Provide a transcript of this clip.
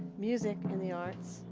music and the arts,